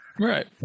right